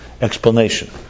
explanation